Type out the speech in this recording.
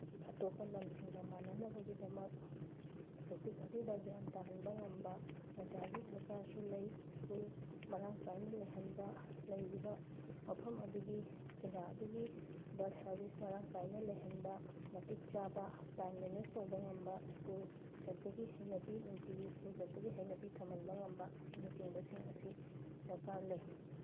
ꯑꯇꯣꯞꯄ ꯂꯝꯁꯤꯡꯒ ꯃꯥꯟꯅꯅꯕꯒꯤꯗꯃꯛ ꯇꯣꯄꯤꯛ ꯑꯗꯨꯗ ꯒ꯭ꯌꯥꯟ ꯇꯥꯍꯟꯕ ꯉꯝꯕ ꯑꯣꯖꯥꯒꯤ ꯗꯔꯀꯥꯔꯁꯨ ꯂꯩ ꯁ꯭ꯀꯨꯜ ꯃꯔꯥꯡ ꯀꯥꯏꯅ ꯂꯩꯍꯟꯕ ꯂꯩꯔꯤꯕ ꯃꯐꯝ ꯑꯗꯨꯒꯤ ꯖꯒꯥ ꯑꯗꯨꯒꯤ ꯕꯁ ꯁꯥꯔꯚꯤꯁ ꯃꯔꯥꯡ ꯀꯥꯏꯅ ꯂꯩꯍꯟꯕ ꯃꯇꯤꯛ ꯆꯥꯕ ꯇꯥꯏꯝ ꯃꯦꯅꯦꯁ ꯇꯧꯕ ꯉꯝꯕ ꯁ꯭ꯀꯨꯜ ꯆꯠꯄꯒꯤ ꯍꯩꯅꯕꯤ ꯅꯨꯡꯇꯤꯒꯤ ꯁ꯭ꯀꯨꯜ ꯆꯠꯄꯒꯤ ꯍꯩꯅꯕꯤ ꯊꯝꯍꯟꯕ ꯉꯝꯕ ꯑꯁꯤꯅꯆꯤꯡꯕꯁꯤꯡ ꯑꯁꯤ ꯗꯔꯀꯥꯔ ꯂꯩ